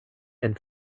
and